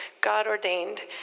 God-ordained